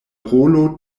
rolo